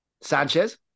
Sanchez